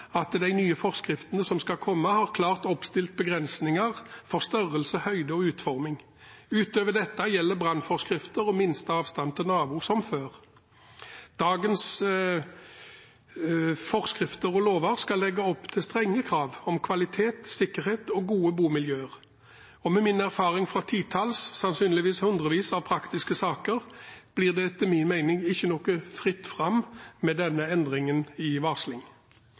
at de nye forskriftene som skal komme, har klart oppstilte begrensninger for størrelse, høyde og utforming. Utover dette gjelder brannforskrifter og minste avstand til nabo som før. Dagens forskrifter og lover skal legge opp til strenge krav om kvalitet, sikkerhet og gode bomiljø, og med min erfaring fra titalls, sannsynligvis hundrevis, av praktiske saker, blir det etter min mening ikke noe fritt fram med denne endringen i varsling.